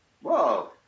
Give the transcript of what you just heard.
Whoa